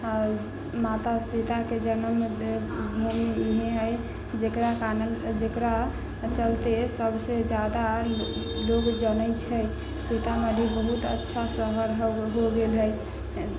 माता सीता के जन्म भूमि इहे है जेकरा कारण जेकरा चलते सबसे जादा लोग जनै छै सीतामढ़ी बहुत अच्छा शहर हो गेल है